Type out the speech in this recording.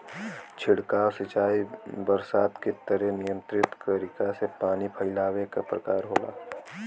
छिड़काव सिंचाई बरसात के तरे नियंत्रित तरीका से पानी फैलावे क प्रकार होला